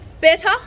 better